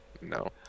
No